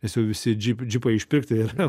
nes jau visi dži džipai išpirkti ir